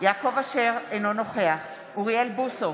יעקב אשר, אינו נוכח אוריאל בוסו,